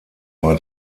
war